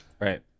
Right